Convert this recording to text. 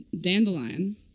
Dandelion